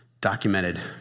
documented